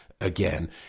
again